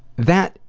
that,